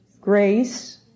Grace